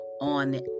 on